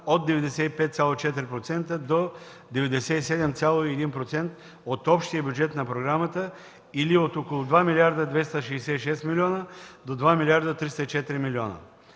от 95,4% до 97,1% от общия бюджет на програмата или от около 2 млрд. 266 млн. лв. до 2 млрд. 304 млн.